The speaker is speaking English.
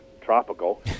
tropical